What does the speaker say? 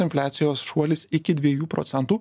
infliacijos šuolis iki dviejų procentų